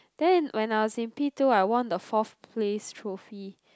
then when I was in P two I won the fourth place throphy